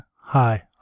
hi